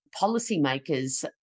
policymakers